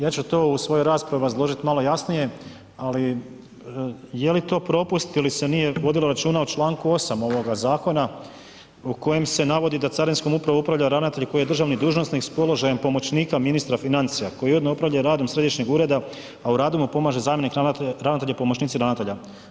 Ja ću to u svojoj raspravi obrazložiti malo jasnije, ali je li to propust ili se nije vodilo računa o čl. 8 ovoga zakona u kojem se navodi da carinskom upravom upravlja ravnatelj koji je državni dužnosnik s položajem pomoćnika ministra financija koji onda upravlja i radom Središnjeg ureda, a u radu mu pomaže zamjenik ravnatelja i pomoćnici ravnatelja.